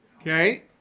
Okay